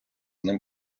ним